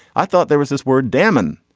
i thought there was this word damon.